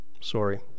Sorry